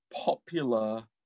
popular